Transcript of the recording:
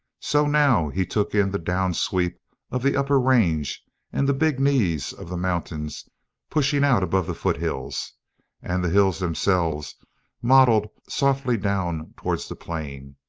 so now he took in the down-sweep of the upper range and the big knees of the mountains pushing out above the foothills and the hills themselves modelled softly down towards the plain,